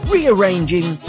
Rearranging